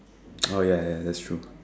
oh ya ya that's true